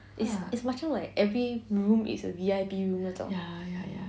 it's macam like every room is a V_I_P room 那种